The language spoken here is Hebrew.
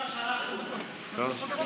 תשתף